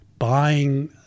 Buying